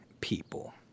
people